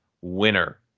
winner